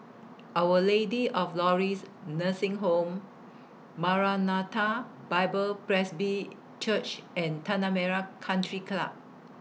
Our Lady of Lourdes Nursing Home Maranatha Bible Presby Church and Tanah Merah Country Club